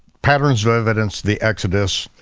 patterns of evidence, the exodus,